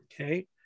Okay